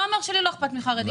זה לא אומר שלי לא אכפת מחרדים.